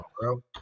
bro